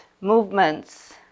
movements